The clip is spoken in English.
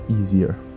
easier